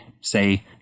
say